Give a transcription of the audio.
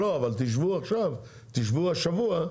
לא, אבל תשבו עכשיו, תשבו השבוע,